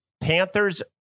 Panthers